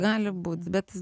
gali būt bet